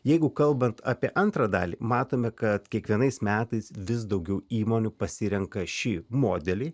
jeigu kalbant apie antrą dalį matome kad kiekvienais metais vis daugiau įmonių pasirenka šį modelį